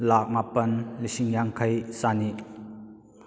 ꯂꯥꯈ ꯃꯥꯄꯟ ꯂꯤꯁꯤꯡ ꯌꯥꯡꯈꯩ ꯆꯅꯤ